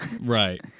Right